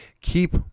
keep